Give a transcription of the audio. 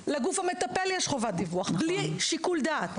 לגוף המטפל יש חובת דיווח בלי שיקול דעת.